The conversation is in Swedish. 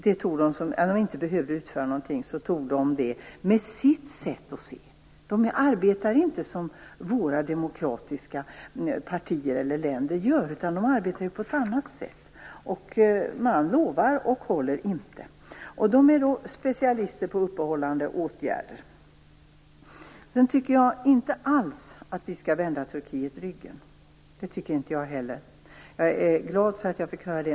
Det tolkade Turkiet enligt sitt sätt att se. Man arbetar inte som våra demokratiska partier eller länder gör, utan man arbetar på ett annat sätt. Man bara lovar, men man håller inte, och man är specialister på uppehållande åtgärder. Jag tycker inte alls att vi skall vända Turkiet ryggen. Jag är glad för att jag fick höra det uttalat här.